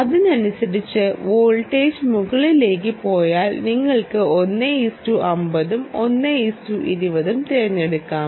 അതിനനുസരിച്ച് വോൾട്ടേജ് മുകളിലേക്ക് പോയാൽ നിങ്ങൾക്ക് 150 ഉം 1 20 ഉം തിരഞ്ഞെടുക്കാം